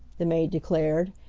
the maid declared.